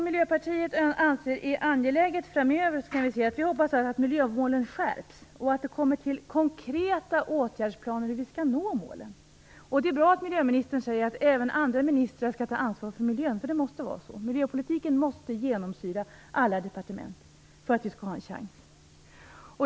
Miljöpartiet anser att det är angeläget att miljömålen skärps och vi hoppas att det kommer till konkreta åtgärdsplaner över hur vi skall nå målen. Det är bra att miljöministern säger att även andra ministrar skall ta ansvar för miljön, eftersom det måste vara så. Miljöpolitiken måste genomsyra alla departement för att vi skall ha en chans.